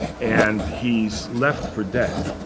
and he's left for dead.